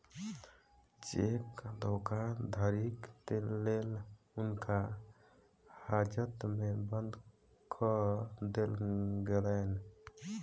cheque धोखाधड़ीक लेल हुनका हाजत में बंद कअ देल गेलैन